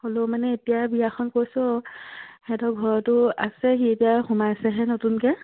হ'লেও মানে এতিয়া বিয়াখন কৈছোঁ সিহঁতৰ ঘৰতো আছে সি এতিয়া সোমাইছেহে নতুনকৈ